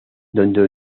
donde